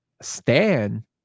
Stan